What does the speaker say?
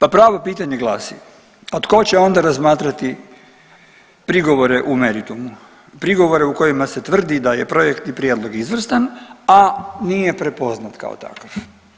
A pravo pitanje glasi, a tko će onda razmatrati prigovore u meritumu, prigovore u kojima se tvrdi da je projektni prijedlog izvrstan, a nije prepoznat kao takav.